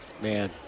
man